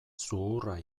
zuhurra